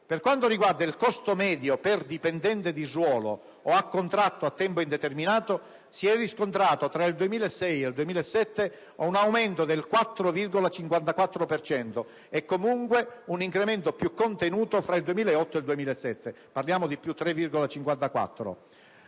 Per quanto riguarda invece il costo medio per dipendente di ruolo o a contratto a tempo indeterminato, si è riscontrato tra il 2006 e il 2007 un aumento del 4,54 per cento e comunque un incremento più contenuto tra il 2008 e il 2007 (più 3,54